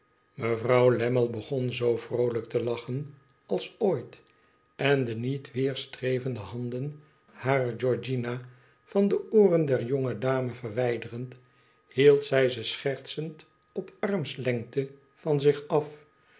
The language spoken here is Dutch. mevrouw lammie begon zoo vroolijk te lachen als ooit en de niet weerstrevende handen harer georgiana van de ooren der jonge dame verwijderend hield zij ze schertsend op armslengte van zich af